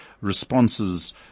responses